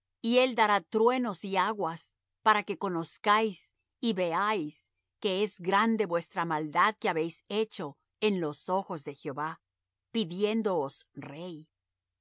y él dará truenos y aguas para que conozcáis y veáis que es grande vuestra maldad que habéis hecho en los ojos de jehová pidiéndoos rey y